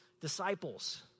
disciples